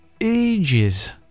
ages